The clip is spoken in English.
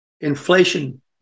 inflation